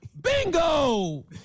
Bingo